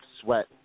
Sweat